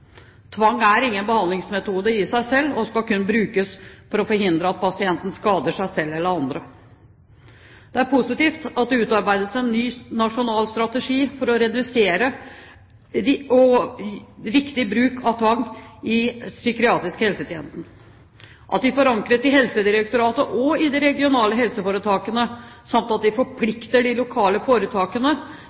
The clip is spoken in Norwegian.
Tvang er ingen behandlingsmetode i seg selv og skal kun brukes for å forhindre at pasienten skader seg selv eller andre. Det er positivt at det utarbeides en ny nasjonal strategi for redusert og riktig bruk av tvang i den psykiatriske helsetjenesten. At det forankres i Helsedirektoratet og i de regionale helseforetakene, samt at de forplikter de lokale foretakene,